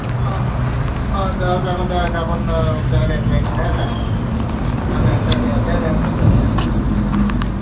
अ अ जागोन दे गाबोन अ मोजाङै रायज्लायगोन दे आदा अ दे दे दे दे होमब्ला दोननि आं